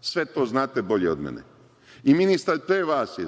Sve to znate bolje od mene. I ministar pre vas je